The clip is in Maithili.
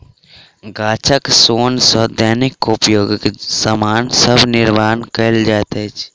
गाछक सोन सॅ दैनिक उपयोगक सामान सभक निर्माण कयल जाइत अछि